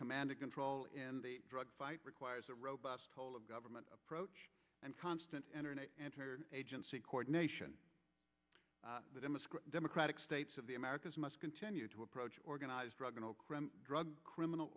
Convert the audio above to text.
command and control in the drug fight requires a robust whole of government approach and constant agency coordination with democratic states of the americas must continue to approach organized drug and drug criminal